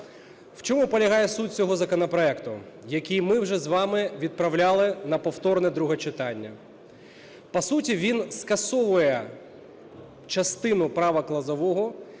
В чому полягає суть цього законопроекту, який ми вже з вами відправляли на повторне друге читання? По суті, він скасовує частину правок Лозового,